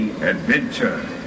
Adventure